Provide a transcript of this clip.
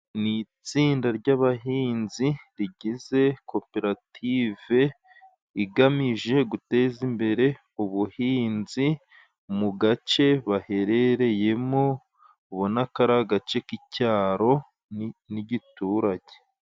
Ni itsinda ry'abahinzi rigize koperative igamije guteza imbere ubuhinzi mu gace baherereyemo, ubona ko ari agace k'icyaro n'igiturage.